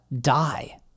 die